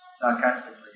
sarcastically